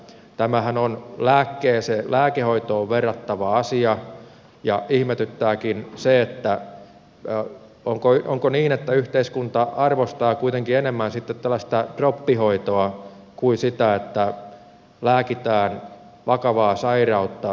tämähän on lääkehoitoon verrattava asia ja ihmetyttääkin se onko niin että yhteiskunta arvostaa kuitenkin enemmän sitten tällaista droppihoitoa kuin sitä että lääkitään vakavaa sairautta ruokavaliolla